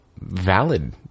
valid